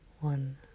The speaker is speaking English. one